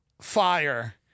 fire